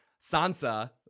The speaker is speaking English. Sansa